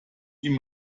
ihm